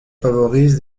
favorise